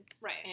Right